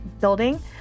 building